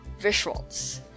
visuals